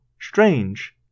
strange